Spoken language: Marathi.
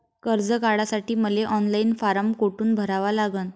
कर्ज काढासाठी मले ऑनलाईन फारम कोठून भरावा लागन?